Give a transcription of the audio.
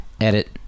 edit